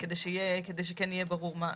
כדי שיהיה ברור.